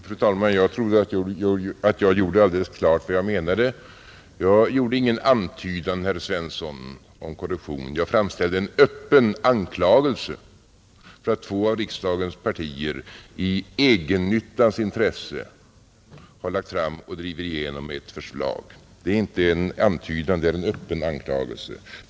Fru talman! Jag trodde att jag gjorde alldeles klart vad jag menade. Jag gjorde ingen antydan om korruption, herr Svensson i Eskilstuna. Jag framställde en öppen anklagelse för att två av riksdagens partier i egennyttans intresse har lagt fram och driver igenom ett förslag. Det är inte en antydan. Det är en öppen anklagelse.